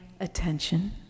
attention